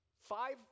five